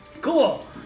Cool